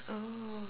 oh